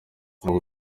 ntabwo